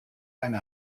eine